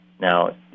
Now